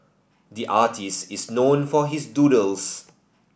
the artist is known for his doodles